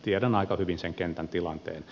tiedän aika hyvin sen kentän tilanteen